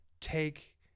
take